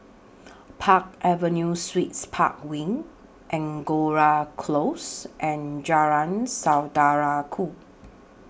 Park Avenue Suites Park Wing Angora Close and Jalan Saudara Ku